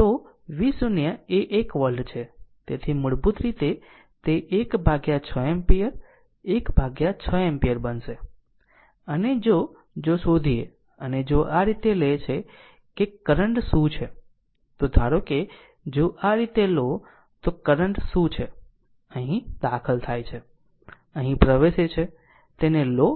તો V0 એ 1 volt છે તેથી મૂળભૂત રીતે તે 1 ભાગ્યા 6 એમ્પીયર 1 ભાગ્યા 6 એમ્પીયર બનશે અને જો જો શોધીએ અને જો આ રીતે લે છે કે કરંટ શું છે તો ધારો કે જો આ રીતે લો તો કરંટ શું છે અહીં દાખલ થાય છે અહીં પ્રવેશે છે તેને લો